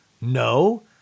No